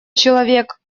человек